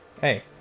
Hey